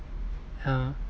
ya